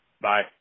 Bye